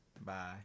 Bye